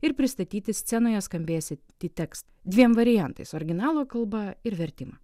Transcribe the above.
ir pristatyti scenoje skambės iantį tekstą dviem variantais originalo kalba ir vertimą